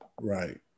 right